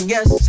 Yes